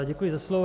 Děkuji za slovo.